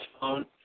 phone